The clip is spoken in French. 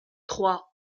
trois